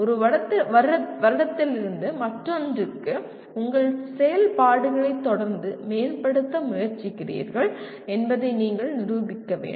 ஒரு வருடத்திலிருந்து மற்றொன்றுக்கு உங்கள் செயல்பாடுகளை தொடர்ந்து மேம்படுத்த முயற்சிக்கிறீர்கள் என்பதை நீங்கள் நிரூபிக்க வேண்டும்